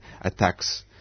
Attacks